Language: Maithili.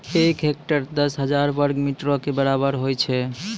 एक हेक्टेयर, दस हजार वर्ग मीटरो के बराबर होय छै